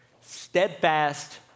Steadfast